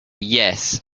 yes